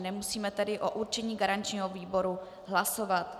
Nemusíme tedy o určení garančního výboru hlasovat.